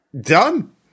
Done